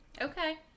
Okay